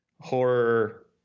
horror